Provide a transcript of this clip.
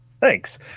Thanks